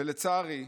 ולצערי,